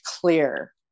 clear